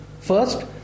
First